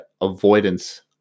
avoidance